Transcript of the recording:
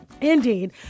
Indeed